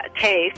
taste